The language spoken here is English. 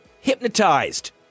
hypnotized